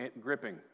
gripping